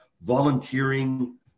volunteering